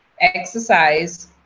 exercise